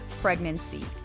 Pregnancy